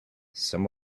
some